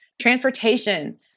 transportation